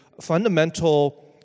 fundamental